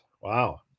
wow